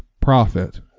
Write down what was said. profit